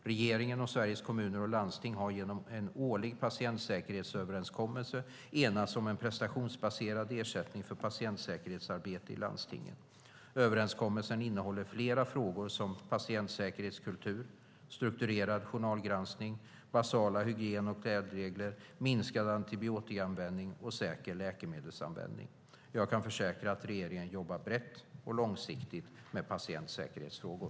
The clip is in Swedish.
Regeringen och Sveriges Kommuner och Landsting har genom en årlig patientsäkerhetsöverenskommelse enats om en prestationsbaserad ersättning för patientsäkerhetsarbete i landstingen. Överenskommelsen innehåller flera frågor såsom patientsäkerhetskultur, strukturerad journalgranskning, basala hygien och klädregler, minskad antibiotikaanvändning och säker läkemedelsanvändning. Jag kan försäkra att regeringen jobbar brett och långsiktigt med patientsäkerhetsfrågor.